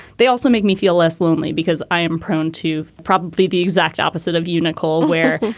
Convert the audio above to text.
they also make me feel less lonely because i am prone to probably the exact opposite of unical, where,